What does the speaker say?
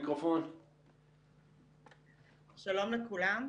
שלום לכולם.